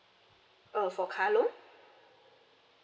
oh for car loan